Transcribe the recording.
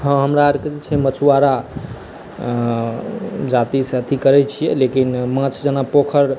हॅं हमरा आर के जे छै मछुआरा जाति सऽ अथि करै छियै लेकिन माँछ जेना पोखरि